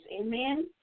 Amen